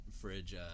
fridge